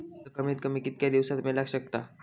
कर्ज कमीत कमी कितक्या दिवसात मेलक शकता?